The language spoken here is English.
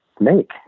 make